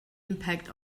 impact